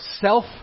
self